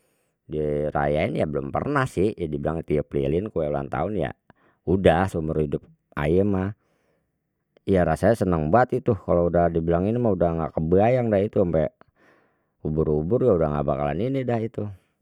Dirayain ya belum pernah sih dibilang tiup lilin kue ulang tahun ya udah seumur hidup aye mah, ya rasanya seneng banget itu kalau udah dibilangin mah udah nggak kebayang dah itu ampe ubur ubur udah nggak bakalan ini dah itu.